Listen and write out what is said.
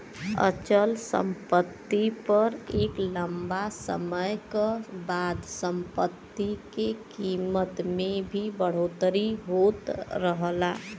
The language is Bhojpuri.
अचल सम्पति पर एक लम्बा समय क बाद सम्पति के कीमत में भी बढ़ोतरी होत रहला